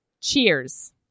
cheers